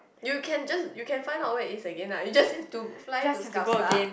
you can just you can find out where is again lah you just need to fly to Kasta